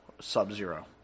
sub-zero